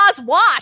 watch